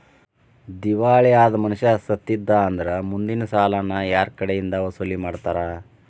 ದಿವಾಳಿ ಅದ್ ಮನಷಾ ಸತ್ತಿದ್ದಾ ಅಂದ್ರ ಮುಂದಿನ್ ಸಾಲಾನ ಯಾರ್ಕಡೆಇಂದಾ ವಸೂಲಿಮಾಡ್ತಾರ?